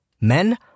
Men